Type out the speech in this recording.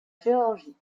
géorgie